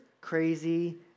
crazy